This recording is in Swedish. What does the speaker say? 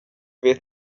vet